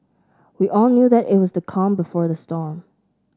we all knew that it was the calm before the storm